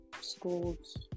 school's